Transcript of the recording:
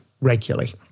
regularly